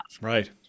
Right